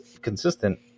consistent